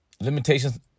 limitations